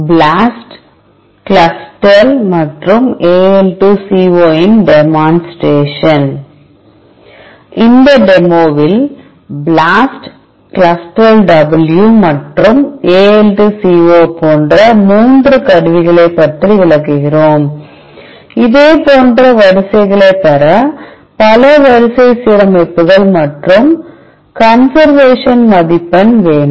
BLAST CLUSTAL மற்றும் AL2CO இன் செயல்விளக்கம் இந்த டெமோவில் BLAST CLUSTAL W மற்றும் AL2CO போன்ற மூன்று கருவிகளைப் பற்றி விளக்குகிறோம் இதேபோன்ற வரிசைகளைப் பெற பல வரிசை சீரமைப்புகள் மற்றும் கன்சர்வேஷன்மதிப்பெண் வேண்டும்